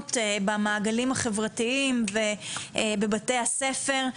באלימות במעגלים החברתיים ובבתי הספר.